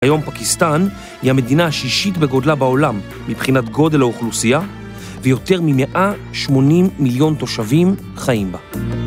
היום פקיסטן היא המדינה השישית בגודלה בעולם מבחינת גודל האוכלוסייה ויותר מ-180 מיליון תושבים חיים בה